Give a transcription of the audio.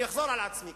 אני אחזור על עצמי,